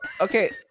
okay